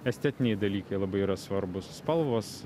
estetiniai dalykai labai yra svarbūs spalvos